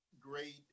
great